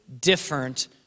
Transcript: different